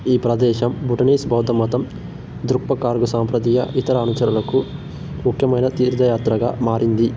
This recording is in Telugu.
ఈ ప్రదేశం భుటనీస్ బౌద్ధమతం ద్రుక్ప కాగ్యు సాంప్రదీయ ఇతర అనుచరులకు ముఖ్యమైన తీర్థయాత్రగా మారింది